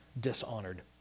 dishonored